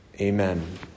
Amen